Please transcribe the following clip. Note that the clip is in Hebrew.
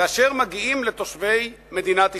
אשר מגיעים לתושבי מדינת ישראל,